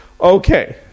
Okay